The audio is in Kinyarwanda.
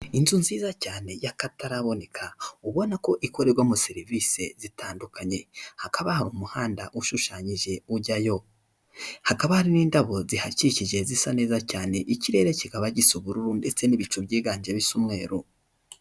Inzu nziza cyane y'akataraboneka ubona ko ikorerwamo serivisi zitandukanye, hakaba hari umuhanda ushushanyije ujyayo, hakaba hari n'indabo zihakikije zisa neza cyane, ikirere kikaba gisa ubururu ndetse n'ibicu byiganje bisa umweru.